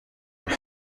قبلش